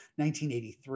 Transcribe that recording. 1983